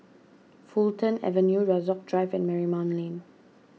Fulton Avenue Rasok Drive and Marymount Lane